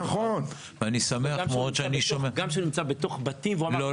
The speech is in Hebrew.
אני שמח מאוד שאני שומע --- גם כשהוא נמצא בתוך בתים --- לא,